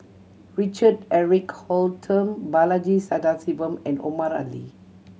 Richard Eric Holttum Balaji Sadasivan and Omar Ali